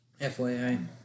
FYI